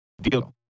Deal